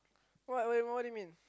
what what do you mean